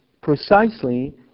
precisely